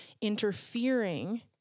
interfering